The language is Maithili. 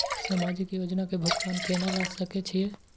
समाजिक योजना के भुगतान केना ल सके छिऐ?